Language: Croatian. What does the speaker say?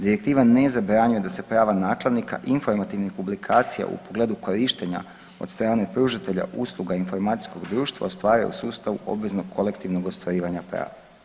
Direktiva ne zabranjuje da se prava nakladnika informativnih publikacija u pogledu korištenja od strane pružatelja usluga informacijskog društva ostvaruje u sustavu obveznog kolektivnog ostvarivanja prava.